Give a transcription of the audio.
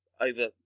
over